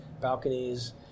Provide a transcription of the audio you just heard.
balconies